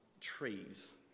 trees